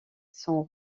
sont